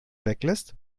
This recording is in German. weglässt